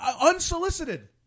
unsolicited